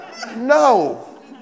No